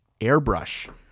Airbrush